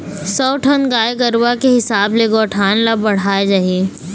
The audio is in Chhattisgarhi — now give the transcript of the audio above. सौ ठन गाय गरूवा के हिसाब ले गौठान ल बड़हाय जाही